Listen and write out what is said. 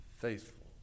faithful